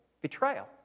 betrayal